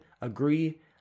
agree